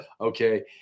Okay